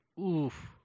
Oof